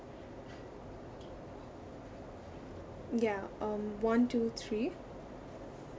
ya um one two three